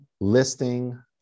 listing